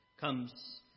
comes